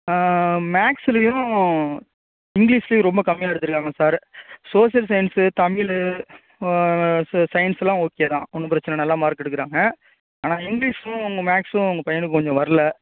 மேக்ஸுலையும் இங்கிலீஷ்லையும் ரொம்ப கம்மியாக எடுத்துருக்காங்க சார் சோசியல் சயின்ஸ்ஸு தமிழ் ச சயின்ஸ்லாம் ஓகே தான் ஒன்றும் பிரச்சனை இல்லை நல்லா மார்க் எடுக்குறாங்க ஆனால் இங்கிலீஸும் ஒன்று மேக்ஸும் உங்கள் பையனுக்கு கொஞ்சம் வரல